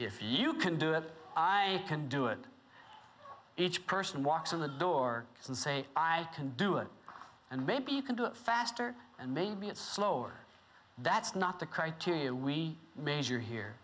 if you can do it i can do it each person walks in the door and say i can do it and maybe you can do it faster and maybe it's slower that's not the criteria we measure here